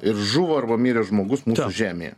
ir žuvo arba mirė žmogus žemėje